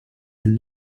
and